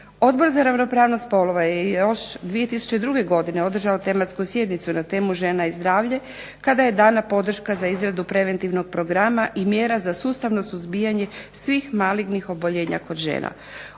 Odbor za ravnopravnost spolova je još 2002. godine održao tematsku sjednicu na temu "Žena i zdravlje" kada je dana podrška za izradu preventivnog programa i mjera za sustavno suzbijanje svih malignih oboljenja kod žena.